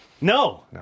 no